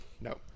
no